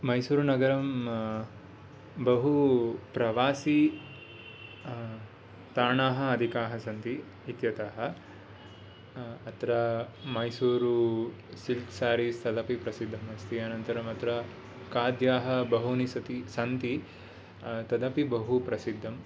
मैसूरुनगरं बहु प्रवासी स्तानाः अधिकाः सन्ति इत्यतः अत्र मैसूरु सिल्क् सारी सेल् अपि प्रसिद्धम् अस्ति अनन्तरं अत्र खाद्याः बहूनि सति सन्ति तदपि बहु प्रसिद्धं